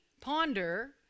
ponder